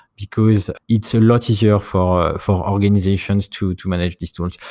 because it's a lot easier for for organizations to to manage these tools.